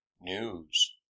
News